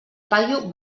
paio